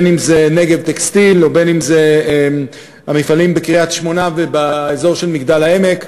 אם "נגב טקסטיל" ואם המפעלים בקריית-שמונה ובאזור של מגדל-העמק,